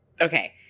Okay